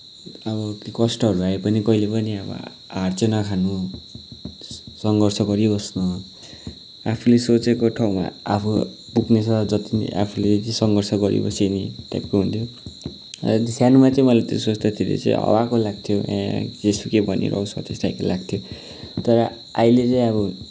अब कष्टहरू आए पनि कहिले पनि अब हार चाहिँ नखानु स सङ्घर्ष गरि बस्नु आफूले सोचेको ठाउँमा आफू पुग्नेसाथ जति नि आफूले जे सङ्घर्ष गरिबसे नि त्यहाँ पुगुन्जेल अब सानोमा चाहिँ मैले त्यो सोच्दैखेरि चाहिँ हावाको लाग्थ्यो जेसुकै भनिरहोस् हो त्यस्तो टाइपको लाग्थ्यो तर आहिले चाहिँ अब